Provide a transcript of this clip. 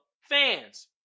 fans